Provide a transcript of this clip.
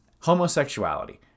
homosexuality